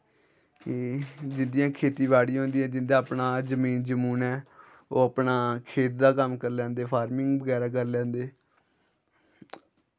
जिंदियां खेत्तियां बाड़ियां होंदियां जिंदी अपनी जमीन जमून ऐ ओह् अपने खेत दा कम्म करी लैंदे फार्मिंग बगैरा करी लैंदे